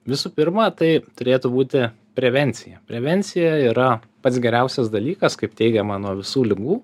visų pirma tai turėtų būti prevencija prevencija yra pats geriausias dalykas kaip teigiama nuo visų ligų